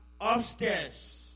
upstairs